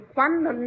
Quando